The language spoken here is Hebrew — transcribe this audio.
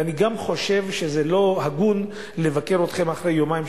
ואני גם חושב שלא הגון לבקר אתכם אחרי יומיים,